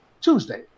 Tuesday